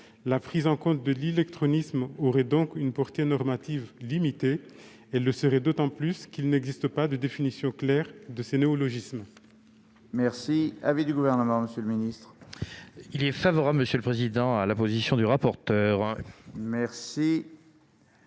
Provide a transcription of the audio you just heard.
La prise en compte de l'illectronisme aurait donc une portée normative limitée. Elle le serait d'autant plus qu'il n'existe pas de définition claire de ce néologisme.